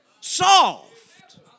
Soft